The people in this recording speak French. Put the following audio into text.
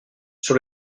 sur